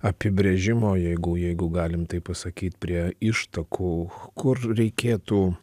apibrėžimo jeigu jeigu galim taip pasakyt prie ištakų kur reikėtų